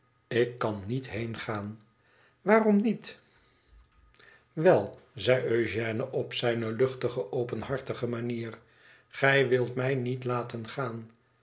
ik kan niet heengaan waarom niet wel zei eugène op zijne luchtige openhartige manier gij wüt mij niet laten gaan